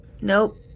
Nope